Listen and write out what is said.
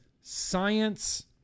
science